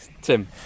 Tim